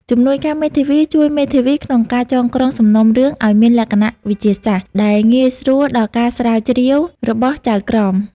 ជំនួយការមេធាវីជួយមេធាវីក្នុងការចងក្រងសំណុំរឿងឱ្យមានលក្ខណៈវិទ្យាសាស្ត្រ ដែលងាយស្រួលដល់ការស្រាវជ្រាវរបស់ចៅក្រម។